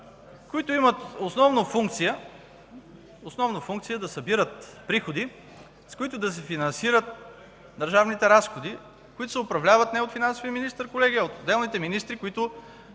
които имат основна функция да събират приходи, с които да се финансират държавните разходи, управлявани не от финансовия министър, колеги, а от отделните министри, които